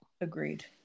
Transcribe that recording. agreed